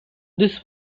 this